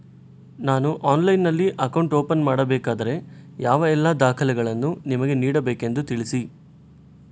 ನಾನು ಆನ್ಲೈನ್ನಲ್ಲಿ account open ಮಾಡಬೇಕಾದರೆ ಯಾವ ಎಲ್ಲ ದಾಖಲೆಗಳನ್ನು ನಿಮಗೆ ನೀಡಬೇಕೆಂದು ತಿಳಿಸಿ?